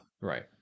right